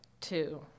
Two